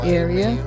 area